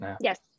yes